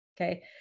Okay